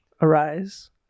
arise